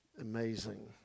amazing